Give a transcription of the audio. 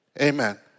Amen